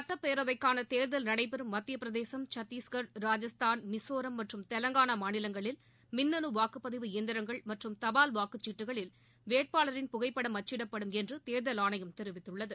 சுட்டப் பேரவைக்கான தேர்தல் நடைபெறும் மத்தியப் பிரதேசும் சத்திஸ்கர் ராஜஸ்தான் மிசோரம் மற்றும் தெலங்கானா மாநிலங்களில் மின்னணு வாக்குப்பதிவு இயந்திரங்கள் மற்றும் தபால் வாக்குச் சீட்டுக்களில் வேட்பாளரின் புகைப்படம் அச்சிடப்படும் என்று தேர்தல் ஆணையம் தெரிவித்துள்ளது